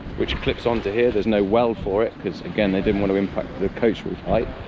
which clips onto here, there's no well for it because again they didn't want to impact the coachroof height,